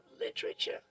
literature